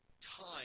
time